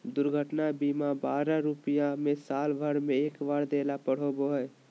दुर्घटना बीमा बारह रुपया में साल भर में एक बार देला पर होबो हइ